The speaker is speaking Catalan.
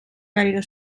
gaire